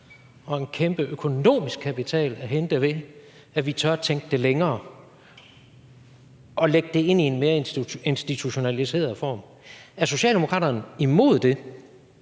og en kæmpe økonomisk kapital at hente, ved at vi tør tænke det længere og lægge det ind i en mere institutionaliseret form. Er Socialdemokraterne imod det,